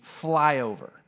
flyover